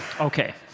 Okay